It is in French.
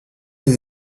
les